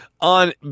on